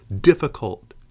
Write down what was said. difficult